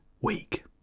week